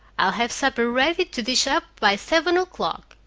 i'll have supper ready to dish up by seven o'clock,